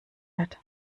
wird